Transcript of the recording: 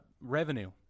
revenue